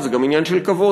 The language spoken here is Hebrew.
וזה גם עניין של כבוד,